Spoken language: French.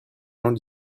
gens